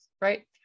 right